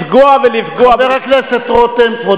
לפגוע ולפגוע ולפגוע.